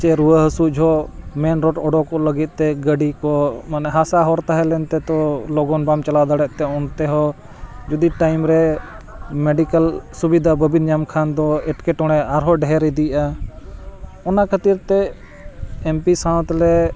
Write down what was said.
ᱥᱮ ᱨᱩᱣᱟᱹ ᱦᱟᱹᱥᱩ ᱡᱚᱦᱚᱜ ᱢᱮᱱ ᱨᱳᱰ ᱚᱰᱚᱠᱚᱜ ᱞᱟᱹᱜᱤᱫ ᱛᱮ ᱜᱟᱹᱰᱤ ᱠᱚ ᱢᱟᱱᱮ ᱦᱟᱥᱟ ᱦᱚᱨ ᱛᱟᱦᱮᱸ ᱞᱮᱱᱛᱮ ᱛᱚ ᱞᱚᱜᱚᱱ ᱵᱟᱢ ᱪᱟᱞᱟᱣ ᱫᱟᱲᱮᱭᱟᱜ ᱛᱮ ᱚᱱᱛᱮ ᱦᱚᱸ ᱡᱩᱫᱤ ᱴᱟᱭᱤᱢ ᱨᱮ ᱢᱮᱰᱤᱠᱮᱞ ᱥᱩᱵᱤᱫᱷᱟ ᱵᱟᱹᱵᱤᱱ ᱧᱟᱢ ᱠᱷᱟᱱ ᱫᱚ ᱮᱴᱠᱮᱴᱚᱬᱮ ᱟᱨᱦᱚᱸ ᱰᱷᱮᱨ ᱤᱫᱤᱜᱼᱟ ᱚᱱᱟ ᱠᱷᱟᱹᱛᱤᱨ ᱛᱮ ᱮᱢ ᱯᱤ ᱥᱟᱶ ᱛᱮᱞᱮ